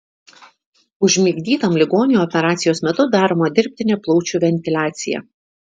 užmigdytam ligoniui operacijos metu daroma dirbtinė plaučių ventiliacija